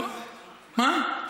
מה?